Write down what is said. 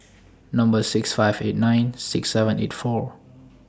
Number six five eight nine six seven eight four